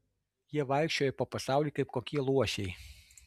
jie vaikščioja po pasaulį kaip kokie luošiai